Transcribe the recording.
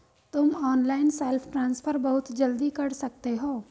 तुम online self transfer बहुत जल्दी कर सकते हो